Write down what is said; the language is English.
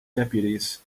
deputies